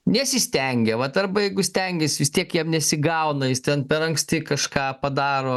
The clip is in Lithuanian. nesistengia vat arba jeigu stengiasi vis tiek jam nesigauna jis ten per anksti kažką padaro